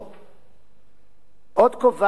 עוד קובעת הצעת החוק,